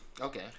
Okay